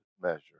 measure